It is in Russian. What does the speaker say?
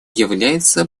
является